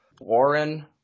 Warren